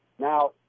Now